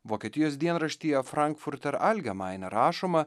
vokietijos dienraštyje frankfurter algemaine rašoma